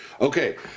Okay